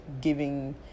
giving